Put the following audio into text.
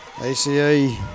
ACA